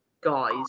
guys